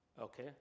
okay